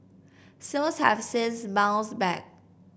sales have since bounced back